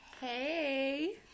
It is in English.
Hey